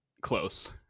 close